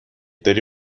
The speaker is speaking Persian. داری